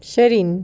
sheryn